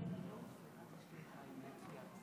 שלאנשים גם אין אמון?